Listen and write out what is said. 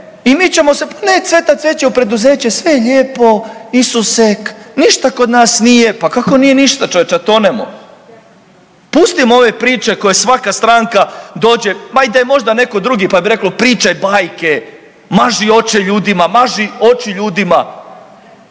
i mi ćemo sad nek cveta cveće u preduzeće, sve je lijepo, isusek, ništa kod nas nije, pa kako nije ništa čovječe a tonemo. Pustimo ove priče koje svaka stranka dođe ma da je i možda neko drugi pa bi reklo pričaj bajke, maži oči ljudima maži oči ljudima,